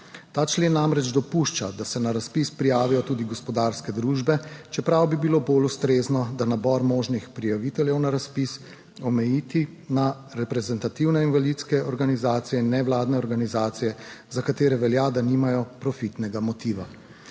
Ta člen namreč dopušča, da se na razpis prijavijo tudi gospodarske družbe, čeprav bi bilo bolj ustrezno nabor možnih prijaviteljev na razpis omejiti na reprezentativne invalidske organizacije in nevladne organizacije, za katere velja, da nimajo profitnega motiva.